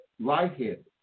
lightheaded